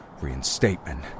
Reinstatement